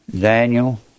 Daniel